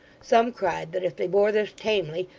some cried that if they bore this tamely,